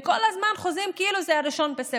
הם כל חושבים כאילו זה 1 בספטמבר,